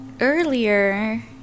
earlier